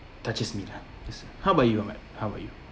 touches me lah yes how about you ahmad how about you